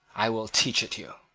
i will teach it you.